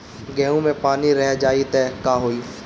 गेंहू मे पानी रह जाई त का होई?